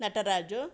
Nataraja